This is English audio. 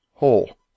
whole